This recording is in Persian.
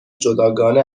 جداگانه